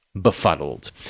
befuddled